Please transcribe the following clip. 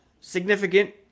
Significant